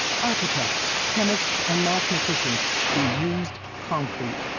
architects, chemists and mathematicians who used concrete.